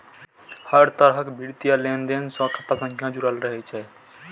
हर तरहक वित्तीय लेनदेन सं खाता संख्या जुड़ल रहै छै